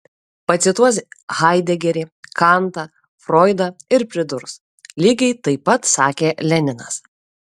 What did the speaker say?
pacituos haidegerį kantą froidą ir pridurs lygiai taip pat sakė leninas